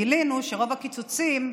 גילינו שרוב הקיצוצים,